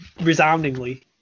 resoundingly